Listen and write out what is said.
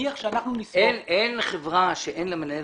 אין חברה שאין לה מנהל עסקים.